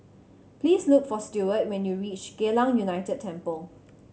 please look for Steward when you reach Geylang United Temple